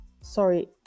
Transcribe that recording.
sorry